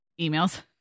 emails